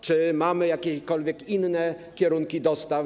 Czy mamy jakiekolwiek inne kierunki dostaw?